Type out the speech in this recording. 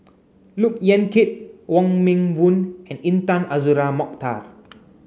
Look Yan Kit Wong Meng Voon and Intan Azura Mokhtar